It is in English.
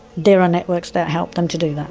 there are networks that help them to do that.